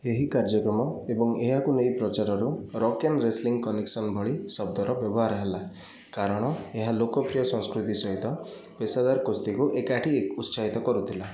ଏହି କାର୍ଯ୍ୟକ୍ରମ ଏବଂ ଏହାକୁ ନେଇ ପ୍ରଚାରରୁ ରକ୍ ଏନ୍ ରେସ୍ଲିଙ୍ଗ କନେକ୍ସନ୍ ଭଳି ଶବ୍ଦର ବ୍ୟବହାର ହେଲା କାରଣ ଏହା ଲୋକପ୍ରିୟ ସଂସ୍କୃତି ସହିତ ପେସାଦାର କୁସ୍ତିକୁ ଏକାଠି ଉତ୍ସାହିତ କରୁଥିଲା